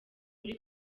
muri